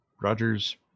Roger's